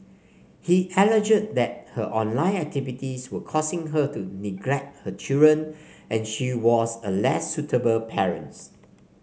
he alleged that her online activities were causing her to neglect her children and she was a less suitable parent